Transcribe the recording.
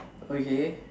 okay